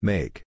Make